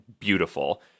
beautiful